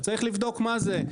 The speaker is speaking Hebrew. צריך לבדוק מה זה.